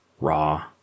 Raw